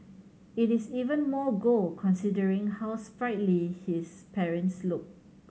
it is even more gold considering how sprightly his parents look